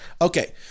Okay